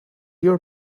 your